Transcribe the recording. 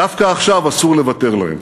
דווקא עכשיו אסור לוותר להם